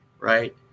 Right